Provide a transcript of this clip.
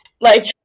Like-